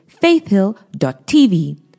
faithhill.tv